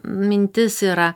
mintis yra